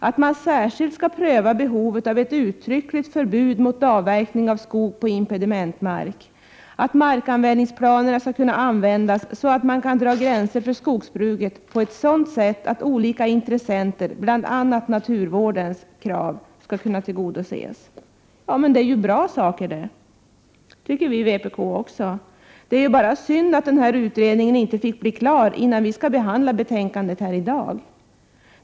Utredningen skall särskilt pröva behovet av ett uttryckligt förbud mot avverkning av skog på impedimentmark och att markanvändningsplanerna skall kunna användas så att man kan dra gränser för skogsbruket på ett sådant sätt att olika intressenters krav, bl.a. naturvårdens, skall kunna tillgodoses. Ja, men det är ju bra saker — det tycker vi i vpk också! Det är bara synd att utredningen inte fick bli klar innan vi skall behandla betänkandet här i dag.